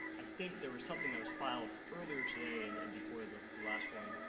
i think there was something that was filed earlier today, and and before the the last one,